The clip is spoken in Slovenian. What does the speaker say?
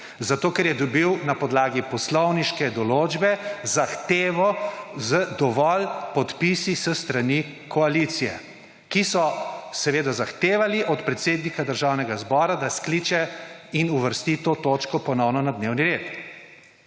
zato ker je dobil na podlagi poslovniške določbe zahtevo z dovolj podpisi s strani koalicije, ki so seveda zahtevali od predsednika Državnega zbora, da skliče in uvrsti to točko ponovno na dnevni red.